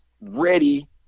ready